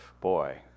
Boy